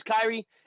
Kyrie